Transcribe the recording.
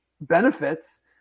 benefits